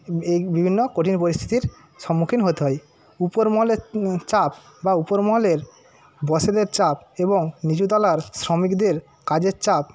এই বিভিন্ন কঠিন পরিস্থিতির সম্মুখীন হতে হয় ওপর মহলের চাপ বা ওপর মহলের বসেদের চাপ এবং নিচু তালার শ্রমিকদের কাজের চাপ